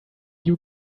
you